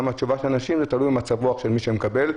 התשובה של האנשים תלויים במצב רוח של מי שמקבל,